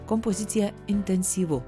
kompoziciją intensyvu